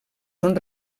són